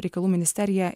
reikalų ministerija